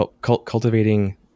cultivating